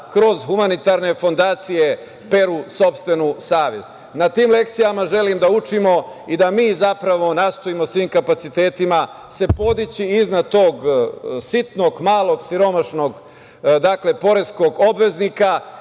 kroz humanitarne fondacije peru sopstvenu savest. Na tim lekcijama želim da učimo i da mi zapravo nastojimo da svojim kapacitetima se podići iznad tog sitnog, malog, siromašnog poreskog obveznika